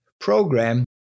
program